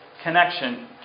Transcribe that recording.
Connection